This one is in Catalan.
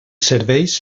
serveis